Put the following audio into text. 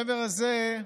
מעבר לזה,